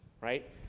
right